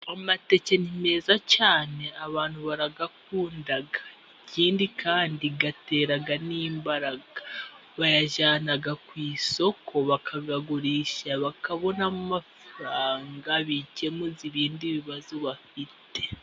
Amateke ni meza cyane abantu barayakunda, ikindi kandi atera n'imbaraga. Bayajyana ku isoko bakayagurisha, bakabonamo amafaranga bikenuza ibindi bibazo bafite.